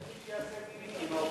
אין מי שיעשה דיל עם האופוזיציה.